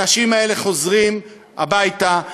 האנשים האלה חוזרים הביתה,